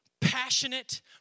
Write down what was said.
passionate